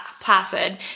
Placid